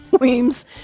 Weems